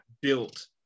built